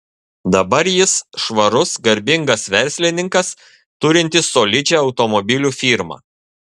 dabar jis švarus garbingas verslininkas turintis solidžią automobilių firmą